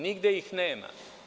Nigde ih nema.